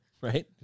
Right